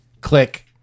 Click